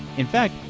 in fact,